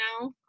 now